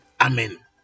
Amen